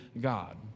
God